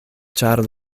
ĉar